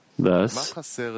Thus